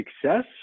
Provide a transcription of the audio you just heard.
success